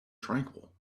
tranquil